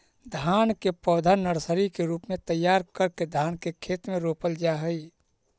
धान के पौधा नर्सरी के रूप में तैयार करके धान के खेत में रोपल जा हइ